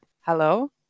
Hello